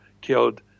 killed